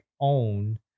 own